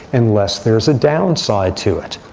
unless there is a downside to it.